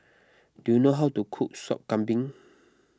do you know how to cook Sop Kambing